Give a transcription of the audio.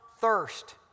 thirst